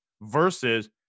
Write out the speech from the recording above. versus